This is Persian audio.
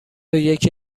یکی